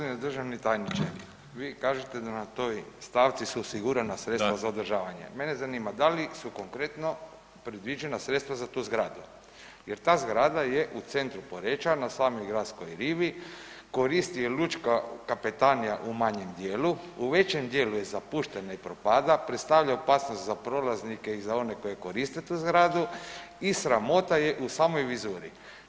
Gospodine državni tajniče vi kažete da na toj stavci su osigurana sredstva za održavanje [[Upadica: Da.]] mene zanima da li su konkretno predviđena sredstva za tu zgradu jer ta zgrada je u centru Poreča na samoj gradskoj rivi, koristi je lučka kapetanija u manjem dijelu, u većem dijelu je zapuštena i propada, predstavlja opasnost za prolaznike i za one koji koriste tu zgradu i sramota je u samoj vizuri.